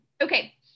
Okay